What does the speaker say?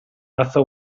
razza